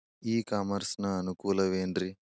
E commerce ನ ಅನುಕೂಲವೇನ್ರೇ?